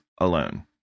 alone